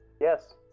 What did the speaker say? yes